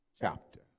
chapter